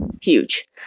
Huge